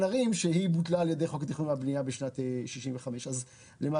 ערים שבוטלה על ידי חוק התכנון והבנייה בשנת 65'. למעשה,